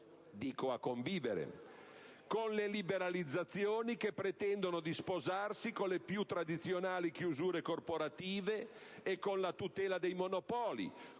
fanno a convivere - e con le liberalizzazioni che pretendono di sposarsi con le più tradizionali chiusure corporative e con la tutela dei monopoli,